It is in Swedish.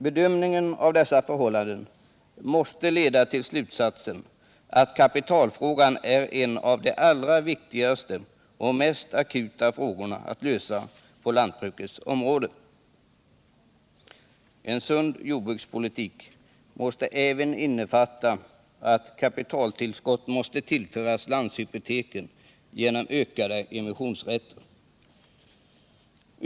Bedömningen av dessa förhållanden måste leda till slutsatsen att kapitalfrågan är en av de allra viktigaste och mest akuta frågorna att lösa på lantbrukets område. En sund jordbrukspolitik måste även innefatta att kapitaltillskott tillförs landshypoteken genom ökade emissionsrätter.